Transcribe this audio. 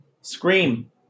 Scream